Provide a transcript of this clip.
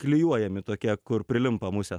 klijuojami tokie kur prilimpa musė